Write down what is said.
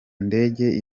indege